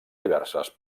diverses